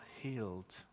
healed